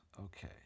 Okay